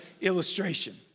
illustration